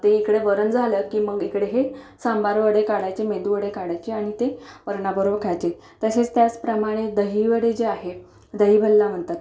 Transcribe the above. ते इकडं वरण झालं की मग इकडे हे सांबार वडे काढायचे मेदू वडे काढायचे आणि ते वरणाबरोबर खायचे तसेच त्याचप्रमाणे दहीवडे जे आहेत दहीभल्ला म्हणतात